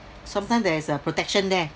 sometime there's a protection there